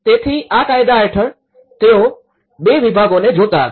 તેથી આ કાયદા હેઠળ તેઓ ૨ વિભાગોને જોતા હતા